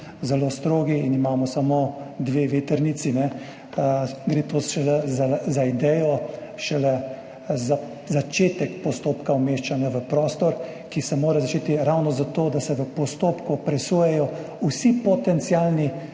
zelo strogi in imamo samo dve vetrnici, gre šele za idejo, šele za začetek postopka umeščanja v prostor, ki se mora začeti ravno zato, da se v postopku presojajo vsi potencialni